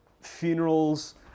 funerals